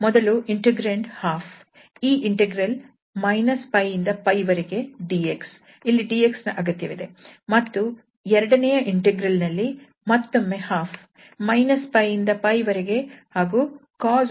ಮೊದಲ ಇಂಟೆಗ್ರಂಡ್ 12 ಈ ಇಂಟೆಗ್ರಲ್ - 𝜋 ಇಂದ 𝜋 ವರೆಗೆ 𝑑𝑥 ಇಲ್ಲಿ 𝑑𝑥 ನ ಅಗತ್ಯವಿದೆ ಮತ್ತು ಎರಡನೆಯ ಇಂಟೆಗ್ರಲ್ ನಲ್ಲಿ ಮತ್ತೊಮ್ಮೆ 12 - 𝜋 ಇಂದ 𝜋 ವರೆಗೆ ಹಾಗೂ cos 2𝑛𝑥 𝑑𝑥 ಇದೆ